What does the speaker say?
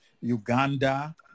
Uganda